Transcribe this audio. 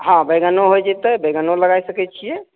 हॅं बैगनो हो जयतै बैगनो लगा सकै छियै